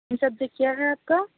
جی subject کیا ہے آپ کا